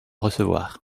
recevoir